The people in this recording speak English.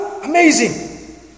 Amazing